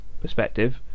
perspective